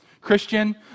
Christian